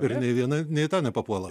ir nei viena nei ta nepapuola